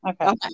Okay